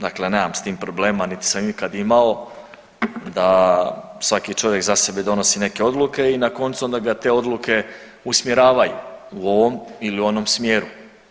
Dakle, ja nemam s tim problema niti sam ikad imao da svaki čovjek za sebe donosi neke odluke i na koncu onda ga te odluke usmjeravaju u ovom ili u onom smjeru.